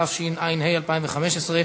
התשע"ה 2015,